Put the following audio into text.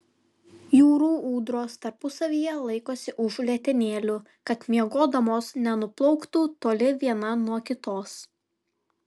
jūrų ūdros tarpusavyje laikosi už letenėlių kad miegodamos nenuplauktų toli viena nuo kitos